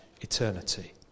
eternity